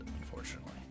unfortunately